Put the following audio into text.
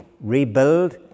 rebuild